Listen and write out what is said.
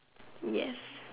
yes